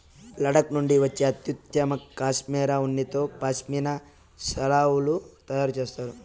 లడఖ్ నుండి వచ్చే అత్యుత్తమ కష్మెరె ఉన్నితో పష్మినా శాలువాలు తయారు చేస్తారు